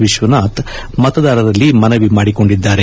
ವಿಶ್ವನಾಥ್ ಮತದಾರರಲ್ಲಿ ಮನವಿ ಮಾಡಿಕೊಂಡಿದ್ದಾರೆ